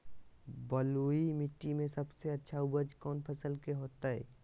बलुई मिट्टी में सबसे अच्छा उपज कौन फसल के होतय?